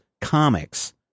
comics